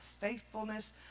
faithfulness